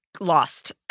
lost